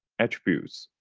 attributes.